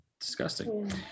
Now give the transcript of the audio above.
disgusting